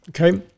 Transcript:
okay